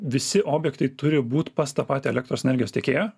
visi objektai turi būt pas tą patį elektros energijos tiekėją